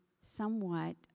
somewhat